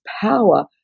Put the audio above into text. power